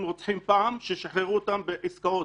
להורג רוצחים פעם ששחרו אותם בעסקאות.